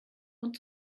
und